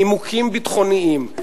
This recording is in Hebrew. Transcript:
נימוקים ביטחוניים,